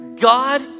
God